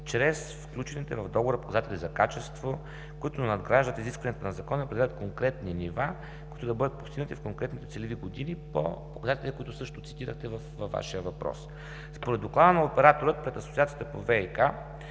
чрез включените в договора показатели за качество, които надграждат изискванията на Закона и определят конкретни нива, които да бъдат постигнати в конкретни целеви години – показатели, които също цитирахте във Вашия въпрос. Според доклада на оператора пред Асоциацията по ВиК